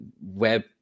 web